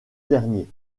derniers